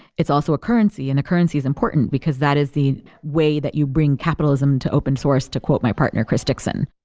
it's also a currency, and a currency is important, because that is way that you bring capitalism to open source, to quote my partner, chris dixon.